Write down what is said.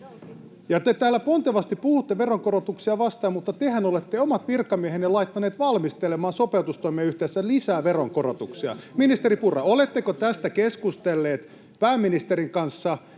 Te täällä pontevasti puhutte veronkorotuksia vastaan, mutta tehän olette laittaneet omat virkamiehenne valmistelemaan sopeutustoimien yhteydessä lisää veronkorotuksia. Ministeri Purra, oletteko tästä keskustellut pääministerin kanssa,